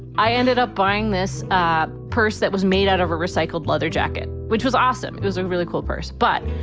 i ended up buying this purse that was made out of a recycled leather jacket, which was awesome. it was a really cool purse. but